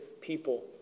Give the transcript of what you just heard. people